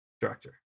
director